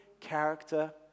character